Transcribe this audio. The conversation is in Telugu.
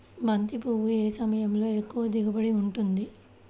బంతి పువ్వు ఏ సమయంలో ఎక్కువ దిగుబడి ఉంటుంది?